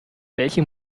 welche